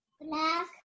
Black